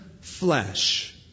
flesh